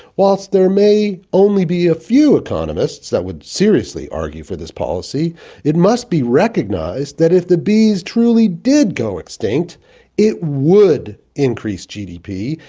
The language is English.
whilst there may only be a few economists that would seriously argue for this policy it must be recognized that if bees truly did go extinct it would increase gdp,